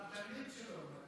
הוא היה התלמיד שלו.